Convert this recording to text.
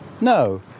No